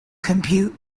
compute